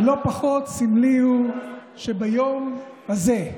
ולא פחות סמלי הוא שביום הזה,